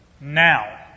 Now